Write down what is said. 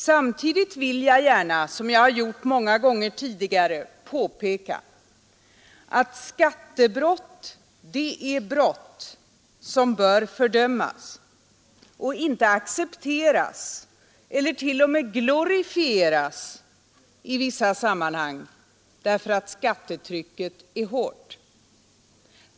Samtidigt vill jag gärna — som jag gjort många gånger tidigare — påpeka att skattebrott är brott som bör fördömas och inte accepteras eller t.o.m. glorifieras i vissa sammanhang, därför att skattetrycket är hårt.